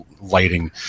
lighting